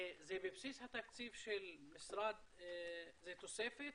זה בבסיס התקציב, זה תוספת?